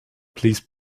please